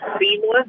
seamless